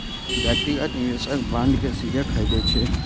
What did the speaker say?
व्यक्तिगत निवेशक बांड कें सीधे खरीदै छै